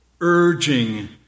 urging